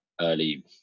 early